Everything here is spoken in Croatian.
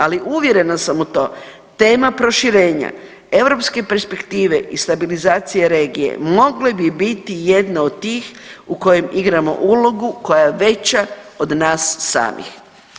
Ali uvjerena sam u to tema proširenja europske perspektive i stabilizacije regije mogle bi biti jedna od tih u kojima igramo ulogu koja je veća od nas samih.